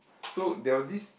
so there was this